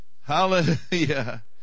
hallelujah